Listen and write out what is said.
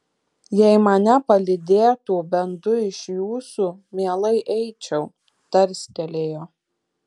jei mane palydėtų bent du iš jūsų mielai eičiau tarstelėjo